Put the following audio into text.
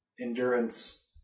Endurance